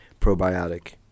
Probiotic